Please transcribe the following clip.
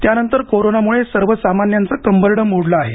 त्यानंतर कोरोनामुळे सर्वसामान्यांचं कंबरडं मोडलं आहे